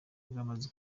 rwamaze